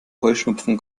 heuschnupfen